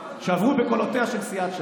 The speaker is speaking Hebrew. שעברו בקולותיה של סיעת ש"ס.